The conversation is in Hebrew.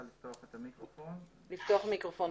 בבקשה.